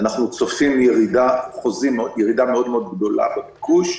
אנחנו חוזים ירידה גדולה מאוד בביקוש.